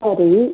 சரி